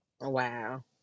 wow